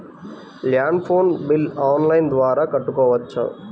Land phone bill online ద్వారా కట్టుకోవచ్చు?